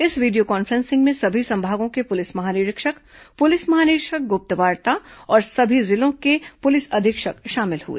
इस video conferencing में सभी संभागों के पुलिस महानिरीक्षक पुलिस महानिरीक्षक गुप्तवार्ता और सभी जिलों के पुलिस अधीक्षक शामिल हुए